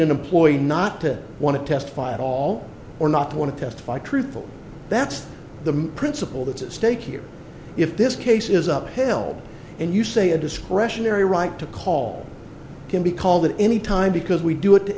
an employee not to want to testify at all or not want to testify truthfully that's the principle that's at stake here if this case is up held and you say a discretionary right to call can be called that any time because we do it to